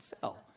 fell